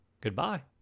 Goodbye